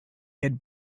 had